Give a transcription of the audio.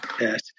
Yes